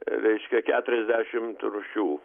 reiškia keturiasdešimt rūšių